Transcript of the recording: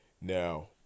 Now